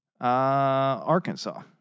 Arkansas